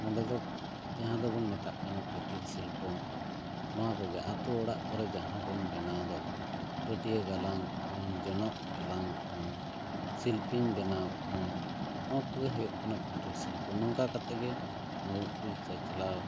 ᱱᱚᱸᱰᱮ ᱫᱚ ᱡᱟᱦᱟᱸ ᱫᱚ ᱵᱚᱱ ᱢᱮᱛᱟᱜ ᱠᱟᱱᱟ ᱠᱩᱴᱤᱨᱥᱤᱞᱯᱚ ᱱᱚᱣᱟ ᱠᱚᱜᱮ ᱟᱛᱳ ᱚᱲᱟᱜ ᱠᱚᱨᱮ ᱡᱟᱦᱟᱸ ᱵᱚᱱ ᱵᱮᱱᱟᱣ ᱫᱚ ᱯᱟᱹᱴᱤᱭᱟᱹ ᱜᱟᱞᱟᱝ ᱠᱷᱚᱱ ᱡᱚᱱᱚᱜ ᱜᱟᱞᱟᱝ ᱠᱷᱚᱱ ᱥᱤᱞᱯᱤᱧ ᱵᱮᱱᱟᱣ ᱠᱷᱚᱱ ᱱᱚᱣᱟ ᱠᱚᱜᱮ ᱦᱩᱭᱩᱜ ᱠᱟᱱᱟ ᱠᱩᱴᱤᱨᱥᱤᱞᱯᱟᱹ ᱱᱚᱝᱠᱟᱱᱟᱜ ᱠᱟᱛᱮ ᱜᱮ ᱢᱩᱬᱩᱛ ᱯᱤᱲ ᱪᱟᱞᱪᱟᱞᱟᱣ